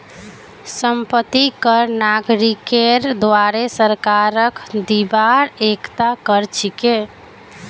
संपत्ति कर नागरिकेर द्वारे सरकारक दिबार एकता कर छिके